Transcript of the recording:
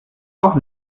auch